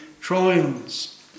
trials